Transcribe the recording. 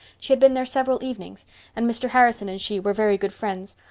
she had been there several evenings and mr. harrison and she were very good friends,